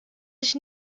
ich